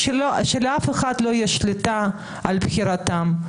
לאף אחד לא תהיה שליטה על בחירתם.